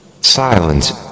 Silence